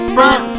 Front